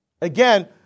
Again